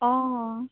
অঁ অঁ